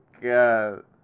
God